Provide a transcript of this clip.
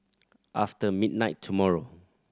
after midnight tomorrow